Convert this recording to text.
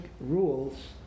rules